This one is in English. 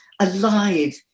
alive